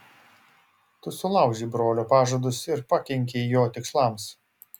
tu sulaužei brolio pažadus ir pakenkei jo tikslams